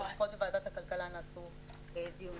לפחות בוועדת הכלכלה נעשו דיונים.